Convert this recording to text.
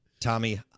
Tommy